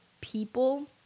people